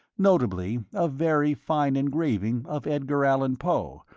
notably a very fine engraving of edgar allan poe,